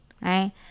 right